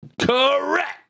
Correct